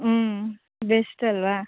ಹ್ಞೂ ಬೆಸ್ಟ್ ಅಲ್ಲವಾ